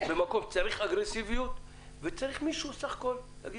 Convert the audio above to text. במקום שצריך אגרסיביות, וצריך מישהו להגיד: